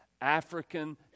African